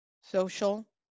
social